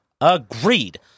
agreed